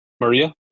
Maria